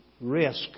risk